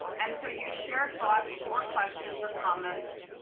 and so you share thoughts or questions or comments.